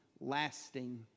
lasting